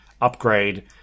upgrade